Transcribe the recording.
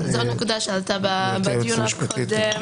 זו נקודה שעלתה בדיון הקודם.